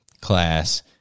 class